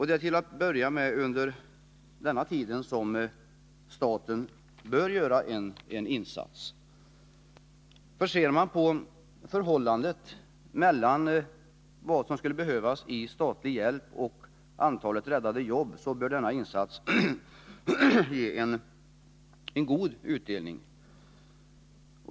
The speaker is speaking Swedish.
Det är till att börja med under den tiden som staten bör göra en insats. Ser man på förhållandet mellan vad som skulle behövas i statlig hjälp och antalet räddade jobb finner man att denna insats bör ge en god utdelning.